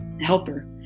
helper